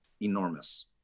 enormous